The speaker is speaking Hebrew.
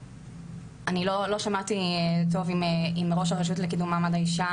אני לא שמעתי טוב אם ראש הרשות לקידום מעמד האישה,